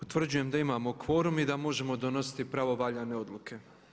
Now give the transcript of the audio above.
Utvrđujem da imamo kvorum i da možemo donositi pravovaljane odluke.